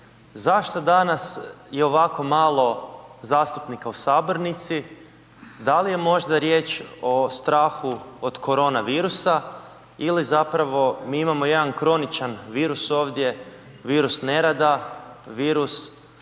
zašto danas je ovako malo zastupnika u sabornici? Da li je možda riječ o strahu od korona virusa ili zapravo mi imamo jedan kroničan virus ovdje, virus nerada, virus ignoriranja